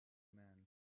man